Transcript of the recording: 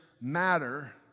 matter